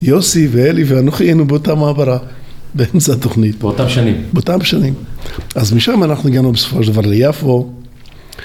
יוסי ואלי ואנוכי היינו באותה מעברה, באמצע התוכנית באותם שנים באותם שנים אז משם אנחנו הגענו בסופו של דבר ליפו